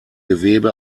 gewebe